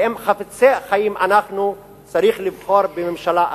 ואם חפצים חיים אנחנו צריך לבחור בממשלה אחרת.